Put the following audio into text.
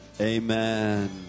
Amen